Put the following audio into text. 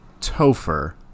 Topher